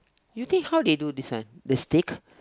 you think how they do this one the stick